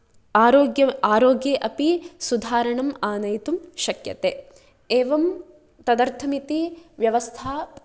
आरोग्ये आरोग्ये अपि सुधारणम् आनयितुं शक्यते एवं तदर्थम् इति व्यवस्था